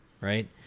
right